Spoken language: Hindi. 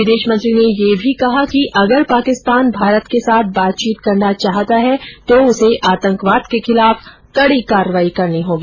विदेशमंत्री ने यह भी कहा कि अगर पाकिस्तान भारत के साथ बातचीत करना चाहता है तो उसे आतंकवाद के खिलाफ कडी कार्रवाई करनी होगी